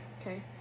okay